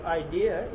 idea